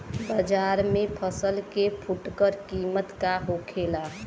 बाजार में फसल के फुटकर कीमत का होखेला?